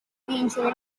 vincere